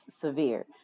severe